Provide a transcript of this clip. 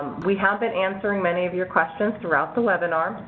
we have been answering many of your questions throughout the webinar.